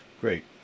Great